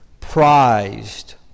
prized